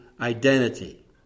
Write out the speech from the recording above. identity